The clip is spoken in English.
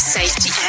Safety